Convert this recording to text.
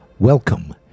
Welcome